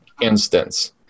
instance